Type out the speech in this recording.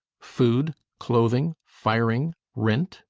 food, clothing, firing, rent,